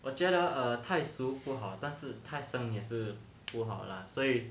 我觉得太熟不好但是太生也是不好 lah 所以